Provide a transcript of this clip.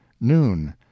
Noon